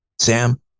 Sam